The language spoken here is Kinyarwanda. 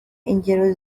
ingero